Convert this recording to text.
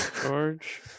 george